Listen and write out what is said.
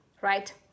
right